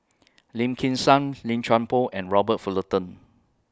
Lim Kim San Lim Chuan Poh and Robert Fullerton